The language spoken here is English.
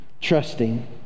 trusting